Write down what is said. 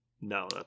No